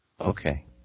Okay